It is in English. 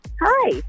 Hi